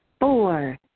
Four